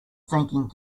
thinking